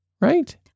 right